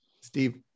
Steve